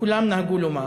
כולם נהגו לומר